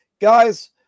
guys